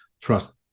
trust